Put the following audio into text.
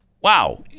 Wow